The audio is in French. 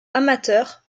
amateur